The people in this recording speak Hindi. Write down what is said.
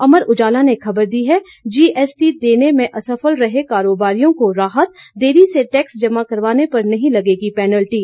अमर उजाला ने खबर दी है जीएसटी देने में असफल रहे कारोबारियों को राहत देरी से टैक्स जमा करवाने पर नहीं लगेगी पेनल्टी